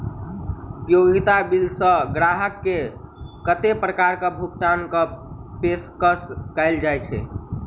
उपयोगिता बिल सऽ ग्राहक केँ कत्ते प्रकार केँ भुगतान कऽ पेशकश कैल जाय छै?